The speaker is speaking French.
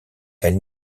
elle